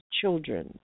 children